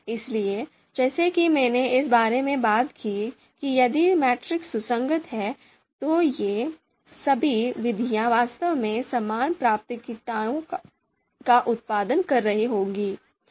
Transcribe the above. इसलिए जैसा कि मैंने इस बारे में बात की कि यदि मैट्रिक्स सुसंगत है तो ये सभी विधियां वास्तव में समान प्राथमिकताओं का उत्पादन कर रही होंगी